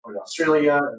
Australia